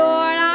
Lord